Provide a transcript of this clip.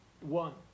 one